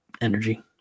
energy